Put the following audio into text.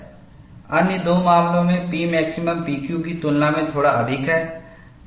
अन्य दो मामलों में Pmaximum P Q की तुलना में थोड़ा अधिक है